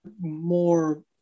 more